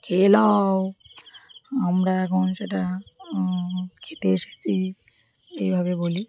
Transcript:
খেয়ে লও আমরা এখন সেটা খেতে এসেছি এইভাবে বলি